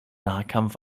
nahkampf